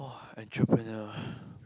!wah! entrepreneur